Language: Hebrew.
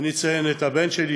אני אציין את הבן שלי,